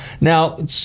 Now